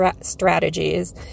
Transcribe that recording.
strategies